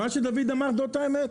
מה שדוד אמר זאת האמת.